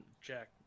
Jack